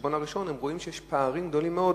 החשבון הראשון, הם רואים שיש פערים גדולים מאוד